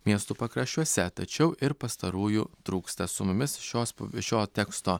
miestų pakraščiuose tačiau ir pastarųjų trūksta su mumis šios šio teksto